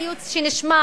כלפי כל ציוץ שנשמע,